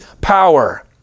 power